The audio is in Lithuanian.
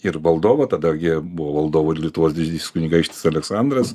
ir valdovo tada gi buvo valdovu ir lietuvos didysis kunigaikštis aleksandras